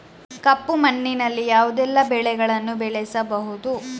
ಕಪ್ಪು ಮಣ್ಣಿನಲ್ಲಿ ಯಾವುದೆಲ್ಲ ಬೆಳೆಗಳನ್ನು ಬೆಳೆಸಬಹುದು?